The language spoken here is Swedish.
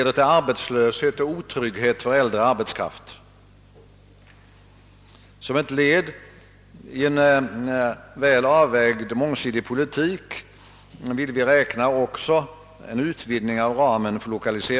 Det tycks som om statsrådet Wickman därvidlag hade lurat in utskottsmajoriteten på mycket egendomliga vägar.